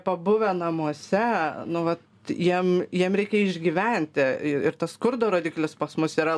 pabuvę namuose nu vat jiem jiem reikia išgyventi ir tas skurdo rodiklis pas mus yra